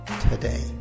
today